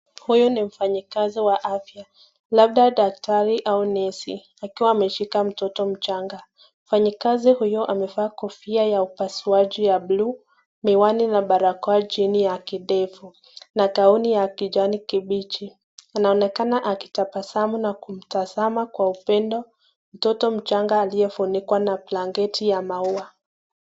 Huyu ni mfanyakazi wa afya labda daktari au nesi akiwa ameshika mtoto mchanga. Mfanyakazi huyo amevaa kofia ya upasuaji ya blue miwani na barakoa chini ya kidevu na gauni ya kijani kibichi. Anaonekana akitabasamu na kumtazama kwa upendo mtoto mchanga aliyefunikwa na blanketi ya maua.